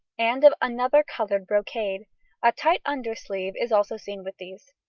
and of another coloured brocade a tight undersleeve is also seen with these.